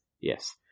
Yes